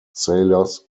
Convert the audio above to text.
sailors